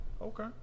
Okay